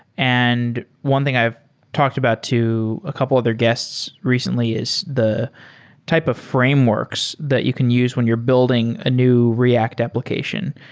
and one thing i've talked about to a couple other guests recently is the type of frameworks that you can use when you're building a new react application.